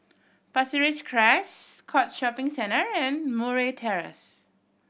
Pasir Ris Crest Scotts Shopping Centre and Murray Terrace